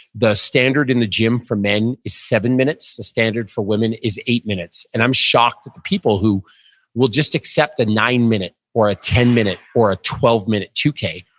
the standard in the gym for men is seven minutes, the standard for women is eight minutes. and i'm shocked at the people who will just accept the nine minute or a ten minute or a twelve minute two k.